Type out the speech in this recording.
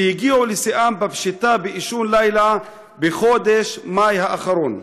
שהגיעו לשיאן בפשיטה באישון לילה בחודש מאי האחרון.